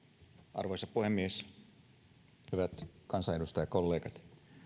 arvoisa puhemies hyvät kansanedustajakollegat